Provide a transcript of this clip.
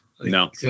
No